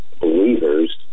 believers